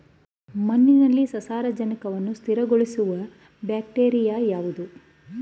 ಮಣ್ಣಿನಲ್ಲಿ ಸಾರಜನಕವನ್ನು ಸ್ಥಿರಗೊಳಿಸುವ ಬ್ಯಾಕ್ಟೀರಿಯಾ ಯಾವುದು?